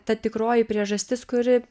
ta tikroji priežastis kuri